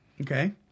Okay